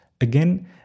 again